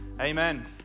Amen